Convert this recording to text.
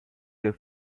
the